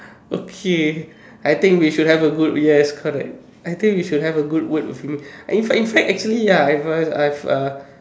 okay I think we should have a good yes correct I think we should have a good word with me in fact in fact actually ya I have a I have a